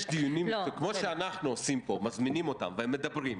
כמו שאנחנו עושים פה, מזמינים אותם והם מדברים,